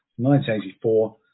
1984